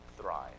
thrive